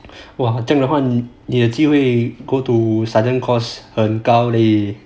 !wah! 这样的话你你有机会 go to sergeant course 很高 leh